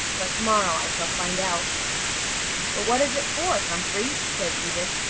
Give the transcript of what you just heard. but to-morrow i shall find out. but what is it for, humphrey? said edith.